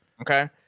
Okay